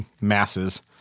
masses